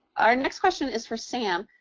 our next question is for sam.